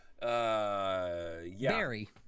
Barry